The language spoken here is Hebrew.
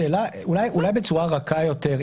אולי בצורה רכה יותר,